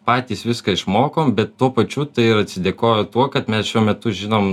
patys viską išmokom bet tuo pačiu tai ir atsidėkojo tuo kad mes šiuo metu žinom